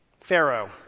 Pharaoh